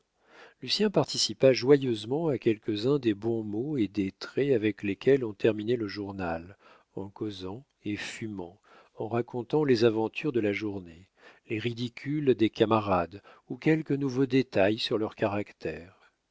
lucien participa joyeusement à quelques-uns des bons mots et des traits avec lesquels on terminait le journal en causant et fumant en racontant les aventures de la journée les ridicules des camarades ou quelques nouveaux détails sur leur caractère